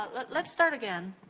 ah let's let's start again,